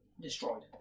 destroyed